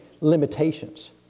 limitations